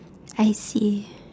I see